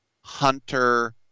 Hunter